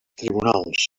tribunals